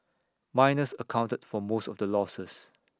miners accounted for most of the losses